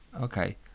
okay